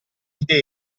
idee